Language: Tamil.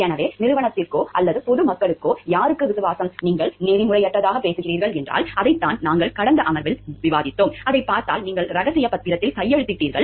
எனவே நிறுவனத்திற்கோ அல்லது பொது மக்களுக்கோ யாருக்கு விசுவாசம் நீங்கள் நெறிமுறையற்றதாகப் பேசுகிறீர்கள் என்றால் அதைத்தான் நாங்கள் கடந்த கடந்த அமர்வில் விவாதித்தோம் அதைப் பார்த்தால் நீங்கள் ரகசியப் பத்திரத்தில் கையெழுத்திட்டீர்கள் கையெழுத்திட்டீர்கள்